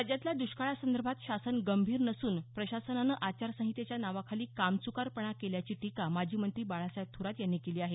राज्यातल्या दुष्काळासंदर्भात शासन गंभीर नसून प्रशासनानं आचारसंहितेच्या नावाखाली कामच्कारपणा केल्याची टीका माजी मंत्री बाळासाहेब थोरात यांनी केली आहे